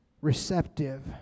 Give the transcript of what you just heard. receptive